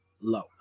low